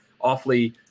awfully